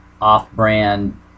off-brand